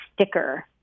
sticker